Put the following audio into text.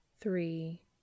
three